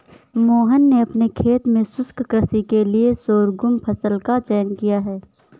मोहन ने अपने खेत में शुष्क कृषि के लिए शोरगुम फसल का चयन किया है